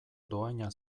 dohaina